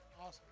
Awesome